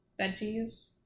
veggies